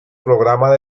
programa